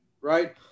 right